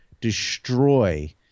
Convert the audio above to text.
destroy